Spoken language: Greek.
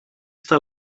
στα